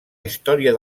història